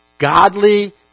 Godly